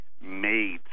made